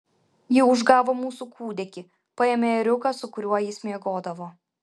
ji užgavo mūsų kūdikį paėmė ėriuką su kuriuo jis miegodavo